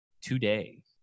today